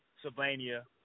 Sylvania